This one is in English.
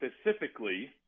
specifically